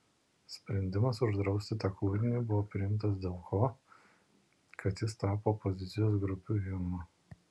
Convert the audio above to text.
sprendimas uždrausti tą kūrinį buvo priimtas dėl ko kad jis tapo opozicijos grupių himnu